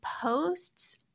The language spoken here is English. posts